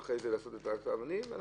אנחנו